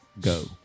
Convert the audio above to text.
go